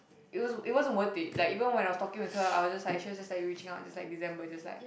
it was it wasn't worth it like even when I was talking with her I was just like she was just reaching out December just like